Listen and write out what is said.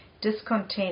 discontent